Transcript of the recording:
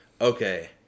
Okay